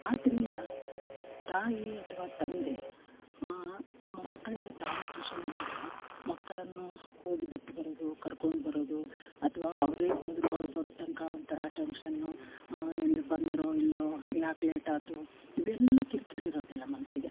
ಆದ್ದರಿಂದ ತಾಯಿ ಅಥವಾ ತಂದೆ ತಮ್ಮ ಮಕ್ಕಳಿಗೆ ತಾವೇ ಟ್ಯೂಷನ್ ಹೇಳಿದರೆ ಮಕ್ಕಳನ್ನು ಹೋಗಿ ಬಿಟ್ಟು ಬರೋದು ಕರ್ಕೊಂಡು ಬರೋದು ಅಥವಾ ಅವರೇ ಹೋದರೂ ಅವ್ರು ಬರೋ ತನಕ ಒಂಥರ ಟೆನ್ಶನ್ನು ಎಲ್ಲಿ ಬಂದರೋ ಇಲ್ಲವೋ ಯಾಕೆ ಲೇಟಾಯ್ತು ಇವೆಲ್ಲ ಕಿರಿಕಿರಿ ಇರೋದಿಲ್ಲ ಮನಸ್ಸಿಗೆ